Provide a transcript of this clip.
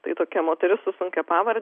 tai tokia moteris su sunkia pavarde